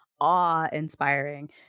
awe-inspiring